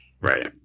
Right